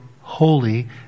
holy